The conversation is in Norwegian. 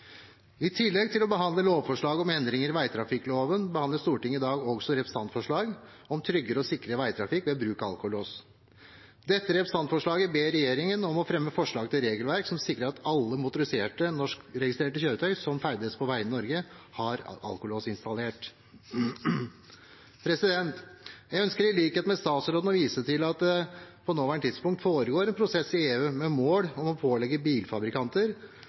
I tillegg til å behandle lovforslag om endringer i vegtrafikkloven behandler Stortinget i dag også representantforslag om tryggere og sikrere veitrafikk ved bruk av alkolås. Dette representantforslaget ber regjeringen om å fremme forslag til regelverk som sikrer at alle motoriserte norskregistrerte kjøretøy som ferdes på veiene i Norge, har alkolås installert. Jeg ønsker i likhet med statsråden å vise til at det på nåværende tidspunkt foregår en prosess i EU med mål om å pålegge bilfabrikanter